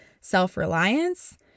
self-reliance